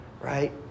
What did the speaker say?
Right